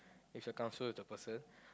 if you're comfortable with the person